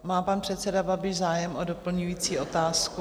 Má pan předseda Babiš zájem o doplňující otázku?